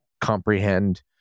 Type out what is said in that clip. comprehend